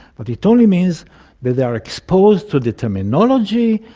but it only means that they are exposed to the terminology,